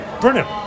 Brilliant